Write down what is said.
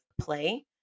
play